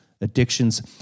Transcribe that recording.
addictions